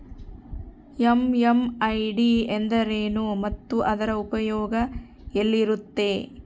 MMID ಎಂದರೇನು ಮತ್ತು ಅದರ ಉಪಯೋಗ ಎಲ್ಲಿರುತ್ತೆ?